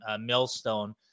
millstone